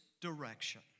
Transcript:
direction